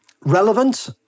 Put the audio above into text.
relevant